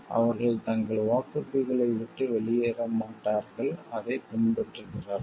அவர்கள் தங்கள் வாக்குறுதிகளை விட்டு வெளியேற மாட்டார்கள் அதை பின்பற்றுகிறார்கள்